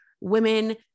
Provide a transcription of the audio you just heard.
women